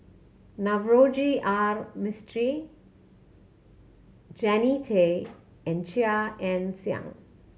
Navroji R Mistri Jannie Tay and Chia Ann Siang